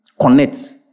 connect